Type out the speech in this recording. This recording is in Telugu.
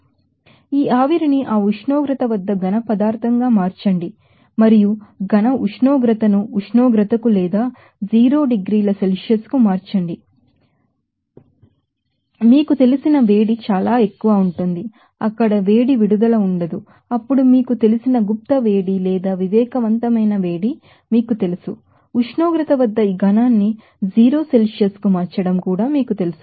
కాబట్టి ఈ ఆవిరిని ఆ ఉష్ణోగ్రత వద్ద సాలిడ్ పదార్థంగా మార్చండి మరియు సాలిడ్ టెంపరేచర్ ను ఉష్ణోగ్రతకు లేదా 0 డిగ్రీల సెల్సియస్ కు మార్చండి అని మీకు తెలిసిన వేడి చాలా ఎక్కువ ఉంటుంది అక్కడ హీట్ రిలీజ్ ఉండదు అప్పుడు మీకు తెలిసిన లేటెంట్ హీట్ లేదా సెన్సిబిల్ హీట్ మీకు తెలుసు ఉష్ణోగ్రత వద్ద ఈ సాలిడ్ న్ని 0 సెల్సియస్ కు మార్చడం మీకు తెలుసు